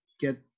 get